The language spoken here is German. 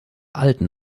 alten